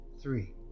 Three